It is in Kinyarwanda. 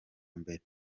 mbere